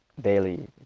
daily